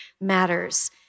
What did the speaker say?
matters